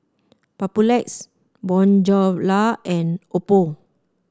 Papulex Bonjela and Oppo